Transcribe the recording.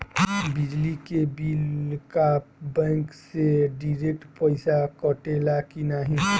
बिजली के बिल का बैंक से डिरेक्ट पइसा कटेला की नाहीं?